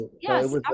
yes